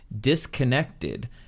disconnected